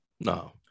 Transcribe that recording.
No